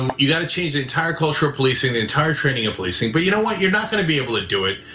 you gotta change the entire culture of policing, the entire training of policing, but you know what, you're not gonna be able to do it.